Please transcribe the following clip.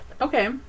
Okay